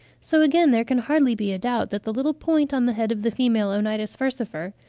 so, again, there can hardly be a doubt that the little point on the head of the female onitis furcifer,